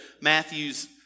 Matthew's